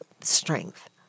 strength